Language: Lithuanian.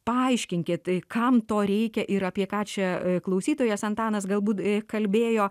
paaiškinkit kam to reikia ir apie ką čia klausytojas antanas galbūt kalbėjo